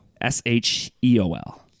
S-H-E-O-L